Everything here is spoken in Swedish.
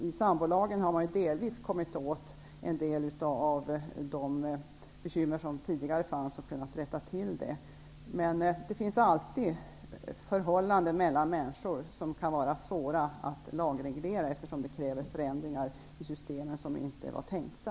I sambolagen har man kunnat rätta till en del av de bekymmer som tidigare fanns. Men det kan alltid finnas förhållanden mellan människor som det är svårt att lagreglera, eftersom det kräver förändringar i systemen som inte var tänkta.